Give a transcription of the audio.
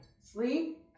sleep